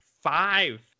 five